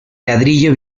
ladrillo